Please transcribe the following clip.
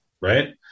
right